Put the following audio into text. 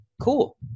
Cool